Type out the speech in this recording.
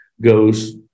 goes